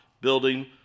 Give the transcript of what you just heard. building